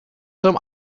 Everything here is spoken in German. zum